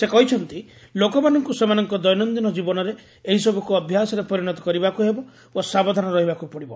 ସେ କହିଛନ୍ତି ଲୋକମାନଙ୍କୁ ସେମାନଙ୍କ ଦୈନନ୍ଦିନ ଜୀବନରେ ଏହିସବୁକୁ ଅଭ୍ୟାସରେ ପରିଣତ କରିବାକୁ ହେବ ଓ ସାବଧାନ ରହିବାକୁ ପଡ଼ିବ